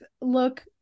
look